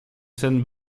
syn